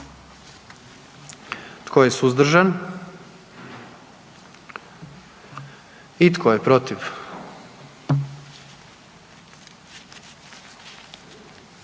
Tko je suzdržan? I tko je protiv?